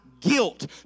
guilt